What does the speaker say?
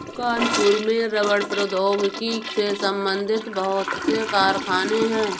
कानपुर में रबड़ प्रौद्योगिकी से संबंधित बहुत से कारखाने है